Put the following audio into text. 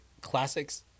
classics